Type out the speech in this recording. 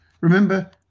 Remember